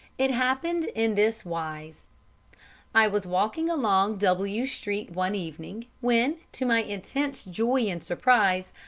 it happened in this wise i was walking along w street one evening when, to my intense joy and surprise,